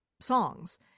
songs